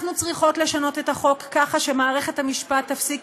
אנחנו צריכות לשנות את החוק ככה שמערכת המשפט תפסיק